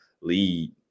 lead